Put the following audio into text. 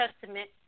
Testament